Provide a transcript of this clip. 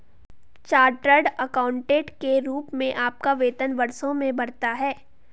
chartered accountant के रूप में आपका वेतन वर्षों में बढ़ता है